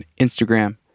Instagram